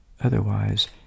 otherwise